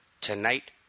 Tonight